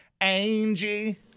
Angie